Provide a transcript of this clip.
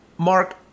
Mark